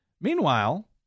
Meanwhile